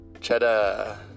cheddar